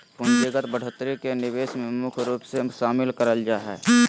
पूंजीगत बढ़ोत्तरी के निवेश मे मुख्य रूप से शामिल करल जा हय